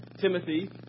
Timothy